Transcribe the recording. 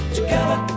Together